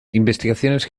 investigaciones